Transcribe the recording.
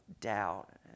doubt